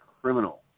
criminal